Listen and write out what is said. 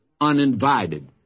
uninvited